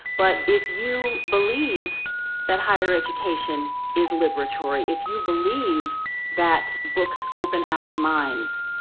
but if you believe that higher education is liberatory, if you believe that books open our minds,